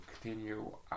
continue